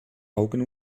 augen